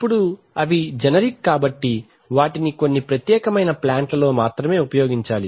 ఇప్పుడు అవి జనరిక్ కాబట్టి వాటిని కొన్ని ప్రత్యేకమైన ప్లాంట్ లలో మాత్రమే ఉపయోగించాలి